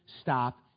stop